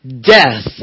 death